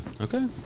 Okay